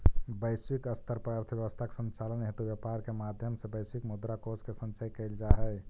वैश्विक स्तर पर अर्थव्यवस्था के संचालन हेतु व्यापार के माध्यम से वैश्विक मुद्रा कोष के संचय कैल जा हइ